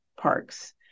Parks